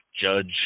Judge